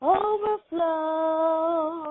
overflow